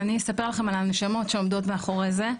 אבל אני אספר לכם על הנשמות שעומדות מאחורי זה,